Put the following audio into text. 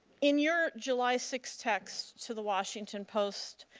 in your july six text to the washington post,